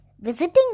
visiting